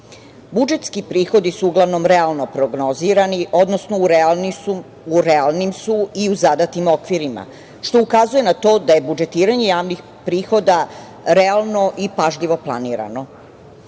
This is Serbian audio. Budžetski prihodi su uglavnom realno prognozirani, u realnim su i zadatim okvirima, što ukazuje na to da je budžetiranje javnih prihoda realno i pažljivo planirano. Budžet